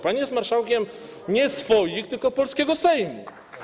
Pani jest marszałkiem nie swoich, tylko polskiego Sejmu.